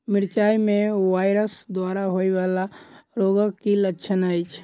मिरचाई मे वायरस द्वारा होइ वला रोगक की लक्षण अछि?